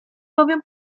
bowiem